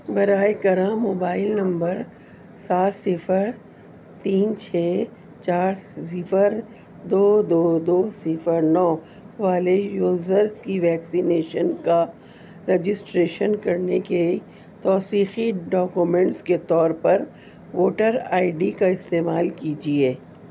براہ کرم mobile number سات صفر تین چھ چار صفر دو دو دو صفر نو والے یوزرس کی ویکسینیشن کا رجسٹریشن کرنے کے توثیخی ڈاکومنٹس کے طور پر ووٹر آئی ڈی کا استعمال کیجیے